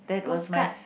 postcard